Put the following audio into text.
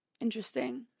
interesting